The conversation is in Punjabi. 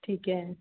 ਠੀਕ ਹੈ